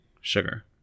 sugar